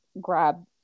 grab